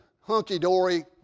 hunky-dory